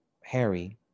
harry